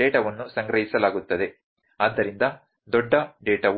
ಡೇಟಾವನ್ನು ಸಂಗ್ರಹಿಸಲಾಗುತ್ತದೆ